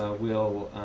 ah will